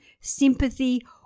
sympathy